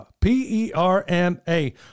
p-e-r-m-a